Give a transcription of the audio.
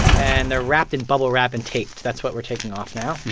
and they're wrapped in bubble wrap and tape. that's what we're taking off now.